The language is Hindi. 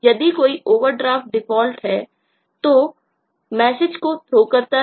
यदि कोई ओवरड्राफ्ट डिफॉल्ट है तो मैसेज को थ्रो करता है